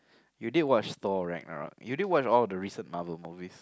you did Thor-Ragnarok you did watch all the recent Marvel movies